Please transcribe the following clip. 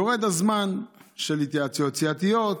יורד הזמן של התייעצויות סיעתיות,